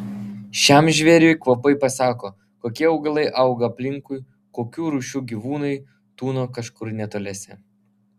šiam žvėriui kvapai pasako kokie augalai auga aplinkui kokių rūšių gyvūnai tūno kažkur netoliese